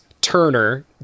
turner